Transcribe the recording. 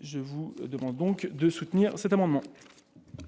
je vous demande donc de soutenir cet amendement.